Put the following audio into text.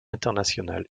international